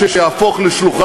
אם לא פינית לא עשית.